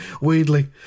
weirdly